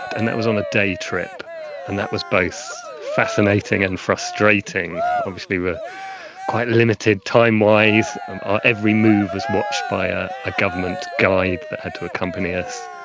and that was on a day trip and that was both fascinating and frustrating. obviously we were quite limited timewise and our every move was watched by ah a government guide that had to accompany us,